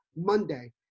Monday